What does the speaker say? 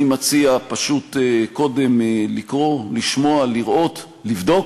אני מציע פשוט קודם לקרוא, לשמוע, לראות, לבדוק,